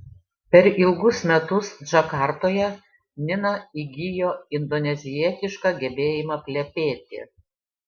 per ilgus metus džakartoje nina įgijo indonezietišką gebėjimą plepėti